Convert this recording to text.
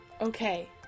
Okay